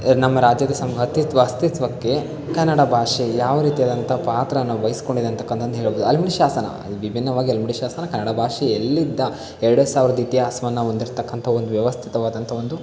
ನಮ್ಮ ರಾಜ್ಯದ ಸಮ್ ಅಸ್ತಿತ್ವ ಅಸ್ತಿತ್ವಕ್ಕೆ ಕನ್ನಡ ಭಾಷೆ ಯಾವ ರೀತಿಯಾದಂಥ ಪಾತ್ರನ ವಹಿಸಿಕೊಂಡಿದೆ ಅಂತಕ್ಕಂಥದ್ದು ಹೇಳ್ಬೋದು ಹಲ್ಮಿಡಿ ಶಾಸನ ಅಲ್ಲಿ ವಿಭಿನ್ನವಾಗಿ ಹಲ್ಮಿಡಿ ಶಾಸನ ಕನ್ನಡ ಭಾಷೆಯಲ್ಲಿದ್ದ ಎರಡು ಸಾವಿರದ ಇತಿಹಾಸವನ್ನು ಹೊಂದಿರತಕ್ಕಂಥ ಒಂದು ವ್ಯವಸ್ಥಿತವಾದಂಥ ಒಂದು